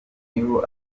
niho